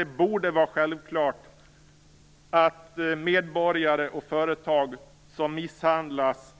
Det borde vara självklart att medborgare och företag som misshandlas